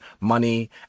money